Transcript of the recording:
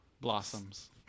blossoms